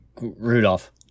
Rudolph